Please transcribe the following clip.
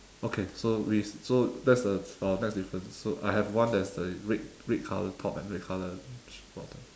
okay so we so that's the our next different so I have one that's the red red colour top and red colour bottoms